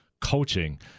coaching